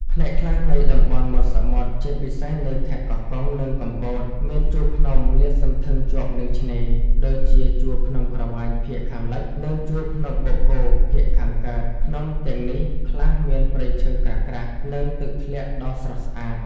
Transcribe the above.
ផ្នែកខ្លះនៃតំបន់មាត់សមុទ្រ ជាពិសេសនៅខេត្តកោះកុង និងកំពត មាន ជួរភ្នំ លាតសន្ធឹងជាប់នឹងឆ្នេរ ដូចជាជួរភ្នំក្រវាញភាគខាងលិច និងជួរភ្នំបូកគោភាគខាងកើត ភ្នំទាំងនេះខ្លះមានព្រៃឈើក្រាស់ៗ និងទឹកធ្លាក់ដ៏ស្រស់ស្អាត។